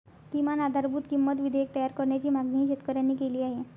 किमान आधारभूत किंमत विधेयक तयार करण्याची मागणीही शेतकऱ्यांनी केली आहे